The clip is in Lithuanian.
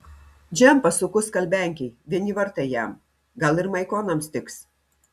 džempą suku skalbenkėj vieni vartai jam gal ir maikonams tiks